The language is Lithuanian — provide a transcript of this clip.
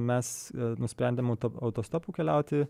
mes nusprendėm auto autostopu keliauti